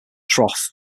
trough